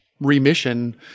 remission